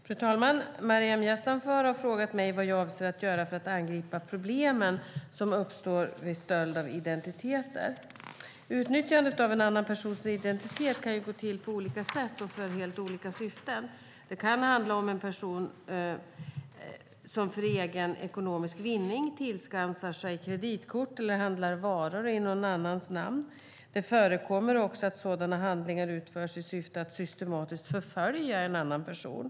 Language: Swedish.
Fru talman! Maryam Yazdanfar har frågat mig vad jag avser att göra för att angripa problemen som uppstår vid stöld av identiteter. Utnyttjandet av en annan persons identitet kan gå till på flera olika sätt och för helt olika syften. Det kan exempelvis handla om att en person för egen ekonomisk vinning tillskansar sig kreditkort eller handlar varor i en annan persons namn. Det förekommer också att sådana handlingar utförs i syfte att systematiskt förfölja en annan person.